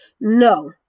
No